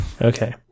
Okay